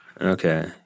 Okay